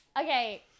Okay